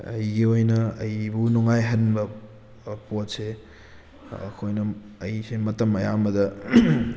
ꯑꯩꯒꯤ ꯑꯣꯏꯅ ꯑꯩꯕꯨ ꯅꯨꯡꯉꯥꯏꯍꯟꯕ ꯄꯣꯠꯁꯦ ꯑꯩꯈꯣꯏꯅ ꯑꯩꯁꯦ ꯃꯇꯝ ꯑꯌꯥꯝꯕꯗ